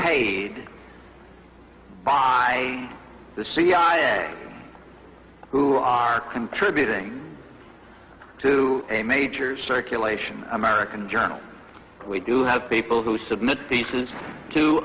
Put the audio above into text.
paid by the cia who are contributing to a major circulation american journal we do have people who submit these is two